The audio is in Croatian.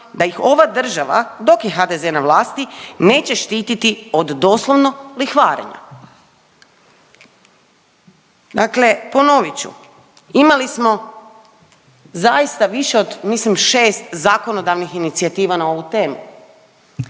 da ih ova država dok je HDZ na vlasti neće štiti od doslovno lihvarenja. Dakle, ponovit ću, imali smo zaista više od mislim šest zakonodavnih inicijativa na ovu temu,